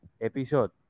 episode